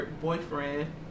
boyfriend